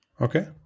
Okay